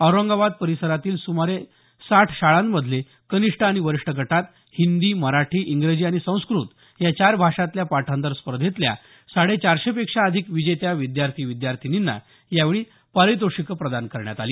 औरंगाबाद परिसरातील सुमारे साठ शाळांमधले कनिष्ठ आणि वरिष्ठ गटात हिंदी मराठी इंग्रजी आणि संस्कृत या चार भाषांतल्या पाठातर स्पर्धेतल्या साडे चारशेपेक्षा अधिक विजेत्या विद्यार्थी विद्यार्थिनींना यावेळी पारितोषिकं प्रदान करण्यात आली